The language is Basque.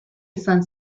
izan